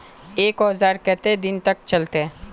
एक औजार केते दिन तक चलते?